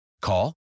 Call